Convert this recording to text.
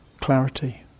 clarity